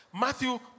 Matthew